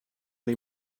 les